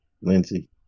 Lindsay